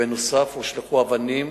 בנוסף, הושלכו אבנים